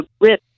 rip